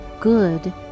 good